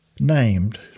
Named